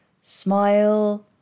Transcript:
smile